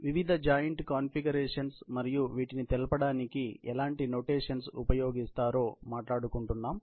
మనం వివిధ joint configurations మరియు వీటిని తెలపడానికి ఎలాంటి నోటేషన్స్ ఉపయోగిస్తారో మాట్లాడుకుంటున్నాము